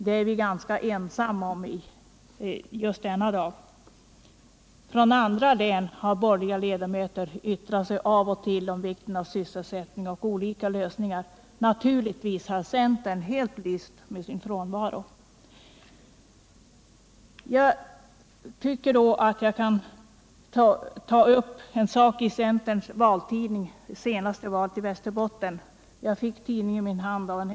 Det är vi på Västerbottensbänken ganska ensamma om just denna dag. Från andra län har borgerliga ledamöter yttrat sig av och till om vikten av sysselsättning och om olika lösningar. Men centern har lyst ned sin frånvaro. Jag tycker då att jag kan ta upp en sak i centerns valtidning i Västerbotten inför det senaste valet. Jag fick tidningen i min hand i dag.